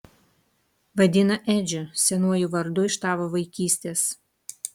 vadina edžiu senuoju vardu iš tavo vaikystės